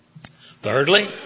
Thirdly